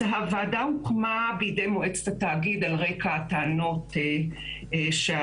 הוועדה הוקמה בידי מועצת התאגיד על רקע הטענות שעלו